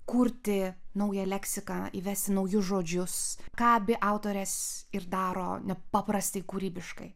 kurti naują leksiką įvesti naujus žodžius ką abi autorės ir daro nepaprastai kūrybiškai